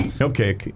Okay